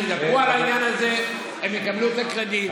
ידברו על העניין הזה הם יקבלו את הקרדיט.